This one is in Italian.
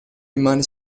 rimane